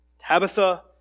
Tabitha